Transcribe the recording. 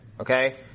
Okay